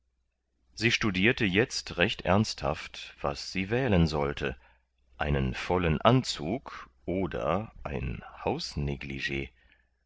sie studierte jetzt recht ernsthaft was sie wählen sollte einen vollen anzug oder ein hausneglig